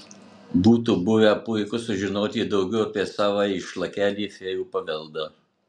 būtų buvę puiku sužinoti daugiau apie savąjį šlakelį fėjų paveldo